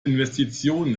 investitionen